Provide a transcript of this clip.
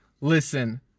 listen